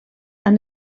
han